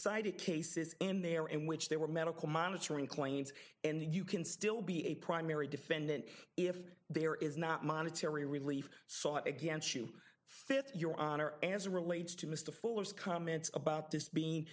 cited cases in there in which there were medical monitoring claims and you can still be a primary defendant if there is not monetary relief sought against you fit your honor as relates to mr fuller's comments about this be